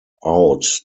out